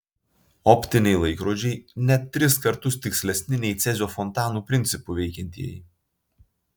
optiniai laikrodžiai net tris kartus tikslesni nei cezio fontanų principu veikiantieji